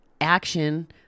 action